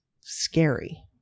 scary